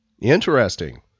Interesting